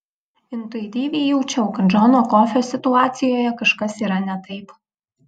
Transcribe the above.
intuityviai jaučiau kad džono kofio situacijoje kažkas yra ne taip